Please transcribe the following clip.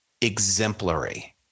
exemplary